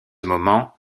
moment